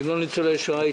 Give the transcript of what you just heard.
472 ניצולי שואה.